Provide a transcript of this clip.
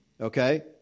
Okay